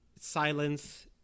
silence